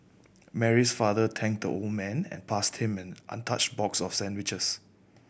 Mary's father thank the old man and passed him an untouched box of sandwiches